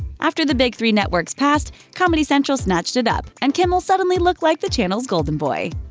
after the big three networks passed, comedy central snatched it up, and kimmel suddenly looked like the channel's golden boy.